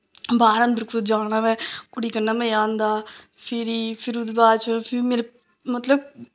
बाह्र अंदर कुदै जाना होऐ कुड़ी कन्नै मज़ा आंदा फिरी फिर ओह्दे बाद च फिर मेरे मतलब